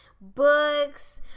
books